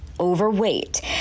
Overweight